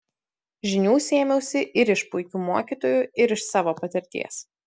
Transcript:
žinių sėmiausi ir iš puikių mokytojų ir iš savo patirties